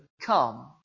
come